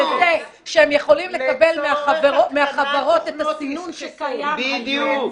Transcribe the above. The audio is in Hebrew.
לזה שהם יכולים לקבל מהחברות את הסינון שקיים היום.